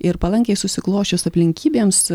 ir palankiai susiklosčius aplinkybėms